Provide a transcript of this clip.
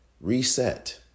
reset